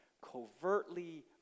covertly